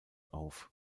auf